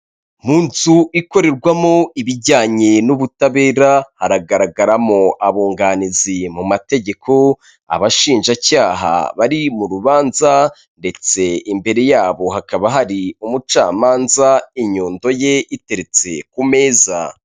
Mu nzu ikorerwamo ibijyanye n'ubutabera, hagaragaramo abunganizi mu mategeko, abashinjacyaha bari mu rubanza ndetse imbere yabo hakaba hari umucamanza, inyundo ye iteretse ku meza.